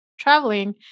traveling